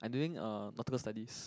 I doing uh Nautical studies